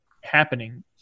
happening